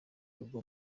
rugo